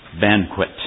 banquet